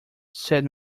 said